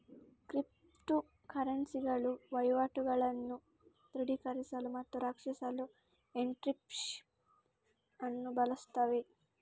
crypto ಕರೆನ್ಸಿಗಳು ವಹಿವಾಟುಗಳನ್ನು ದೃಢೀಕರಿಸಲು ಮತ್ತು ರಕ್ಷಿಸಲು ಎನ್ಕ್ರಿಪ್ಶನ್ ಅನ್ನು ಬಳಸುತ್ತವೆ